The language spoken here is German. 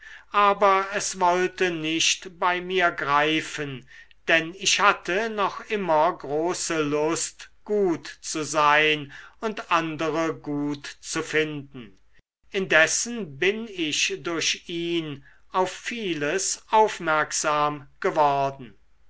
aber es wollte nicht bei mir greifen denn ich hatte noch immer große lust gut zu sein und andere gut zu finden indessen bin ich durch ihn auf vieles aufmerksam geworden